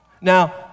Now